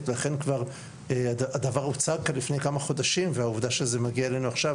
ואכן כבר הדבר הוצג כאן לפני כמה חודשים והעובדה שזה מגיע אלינו עכשיו,